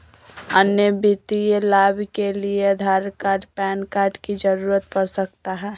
अन्य वित्तीय लाभ के लिए आधार कार्ड पैन कार्ड की जरूरत पड़ सकता है?